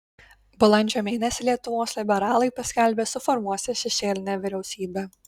balandžio mėnesį lietuvos liberalai paskelbė suformuosią šešėlinę vyriausybę